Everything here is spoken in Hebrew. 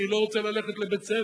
אני לא רוצה ללכת לבית-ספר,